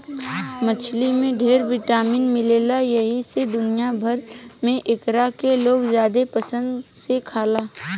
मछली में ढेर विटामिन मिलेला एही से दुनिया भर में एकरा के लोग ज्यादे पसंद से खाला